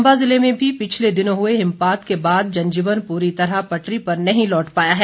चंबा ज़िले में भी पिछले दिनों हुए हिमपात के बाद जनजीवन पूरी तरह पटरी पर नहीं लौट पाया है